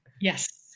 yes